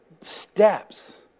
steps